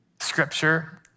scripture